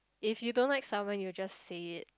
if you don't like someone you will just say it